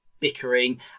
bickering